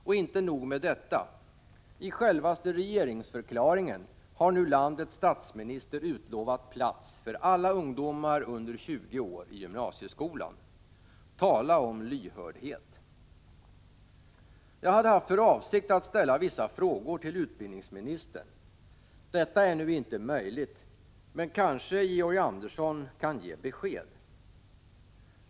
Och inte nog med detta: I självaste regeringsförklaringen har nu landets statsminister utlovat plats till alla ungdomar under 20 år i gymnasieskolan. Tala om lyhördhet! Jag hade haft för avsikt att ställa vissa frågor till utbildningsministern. Detta är nu inte möjligt. Men kanske Georg Andersson kan ge besked.